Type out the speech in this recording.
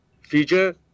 feature